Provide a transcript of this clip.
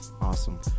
awesome